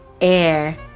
air